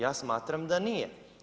Ja smatram da nije.